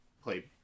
play